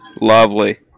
Lovely